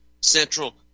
central